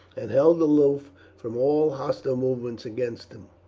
and held aloof from all hostile movements against them.